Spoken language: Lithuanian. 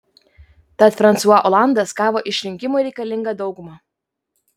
tad fransua olandas gavo išrinkimui reikalingą daugumą